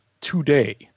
today